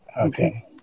Okay